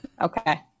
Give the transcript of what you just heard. Okay